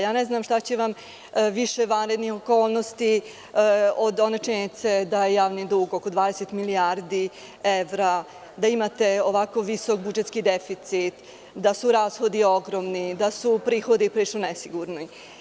Ja ne znam šta će vam više vanrednih okolnosti od one činjenice da je javni dug oko 20 milijardi evra, da imate ovako visok budžetski deficit, da su rashodi ogromni, da su prihodi prilično nesigurni?